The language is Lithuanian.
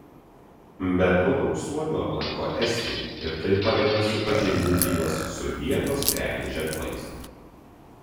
be to daug suomių aplanko estiją ir tai padeda supažindinti juos su vietos prekės ženklais